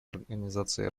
организации